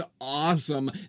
awesome